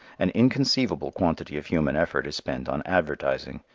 an inconceivable quantity of human effort is spent on advertising,